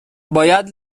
باید